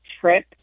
trip